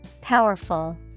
powerful